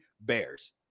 bears